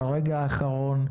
ברגע האחרון,